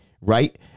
right